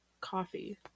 Coffee